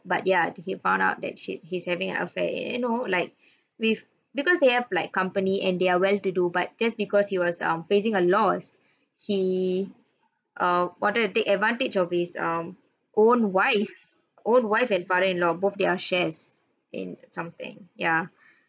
but ya he found out that shit he's having an affair and you know like with because they have like company and they are well to do but just because he was um facing a loss he err wanted to take advantage of his um own wife own wife and father-in-law both their shares and something ya